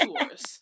tours